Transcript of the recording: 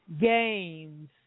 games